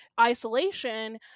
isolation